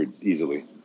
easily